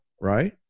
right